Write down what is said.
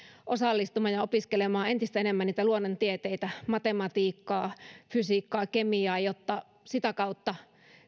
osallistumaan ja opiskelemaan entistä enemmän niitä luonnontieteitä matematiikkaa fysiikkaa kemiaa jotta sitä kautta